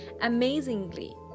Amazingly